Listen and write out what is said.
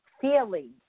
feeling